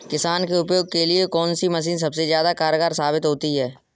किसान के उपयोग के लिए कौन सी मशीन सबसे ज्यादा कारगर साबित होती है?